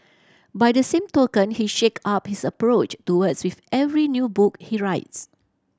by the same token he shake up his approach to words with every new book he writes